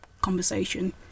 conversation